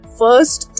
first